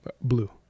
blue